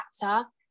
chapter